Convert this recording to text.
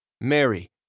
Mary